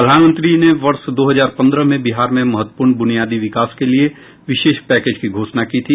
प्रधानमंत्री ने वर्ष दो हजार पंद्रह में बिहार में महत्वपूर्ण ब्रनियादी विकास के लिए विशेष पैकेज की घोषणा की थी